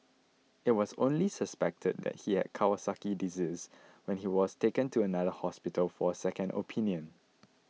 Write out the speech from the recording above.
it was only suspected that he had Kawasaki disease when he was taken to another hospital for a second opinion